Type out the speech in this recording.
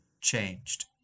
changed